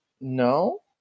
No